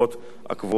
הקבועות היום בחוק,